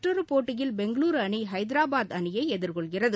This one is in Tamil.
மற்றொரு போட்டீயில் பெங்களுரூ அணி ஹைதராபாத் அணியை எதிர்கொள்கிளது